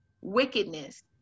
wickedness